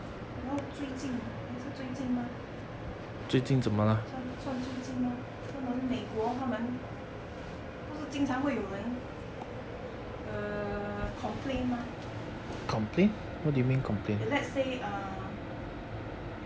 然后最近是最近吗算算最近吗他们美国他们不是经常会有人 err complain mah let's say err